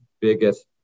biggest